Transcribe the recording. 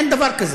אין דבר כזה,